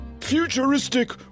futuristic